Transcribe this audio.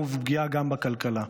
ופוגעים גם בריבונות שלנו וגם בכלכלה.